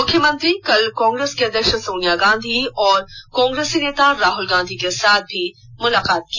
मुख्यमंत्री कल कांग्रेस की अध्यक्ष सोनिया गांधी और कांग्रेसी नेता राहूल गांधी के साथ भी मुलाकात की